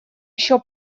еще